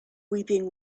weeping